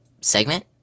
segment